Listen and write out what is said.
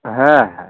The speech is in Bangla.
হ্যাঁ হ্যাঁ